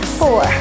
four